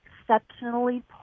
exceptionally